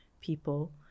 people